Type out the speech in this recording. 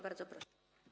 Bardzo proszę.